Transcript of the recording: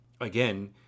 Again